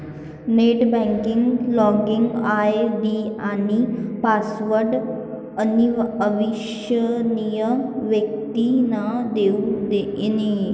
net banking login ID आणि password अविश्वसनीय व्यक्तींना देऊ नये